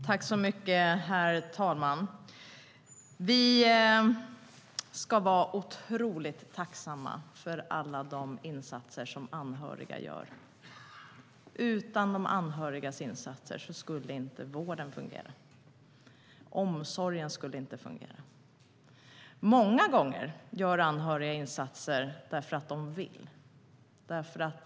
Herr talman! Vi ska vara otroligt tacksamma för alla insatser som anhöriga gör. Utan dem skulle vården inte fungera. Omsorgen skulle inte fungera. Många gånger gör anhöriga insatser för att de vill.